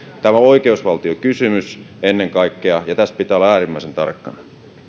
tämä on oikeusvaltiokysymys ennen kaikkea ja tässä pitää olla äärimmäisen tarkkana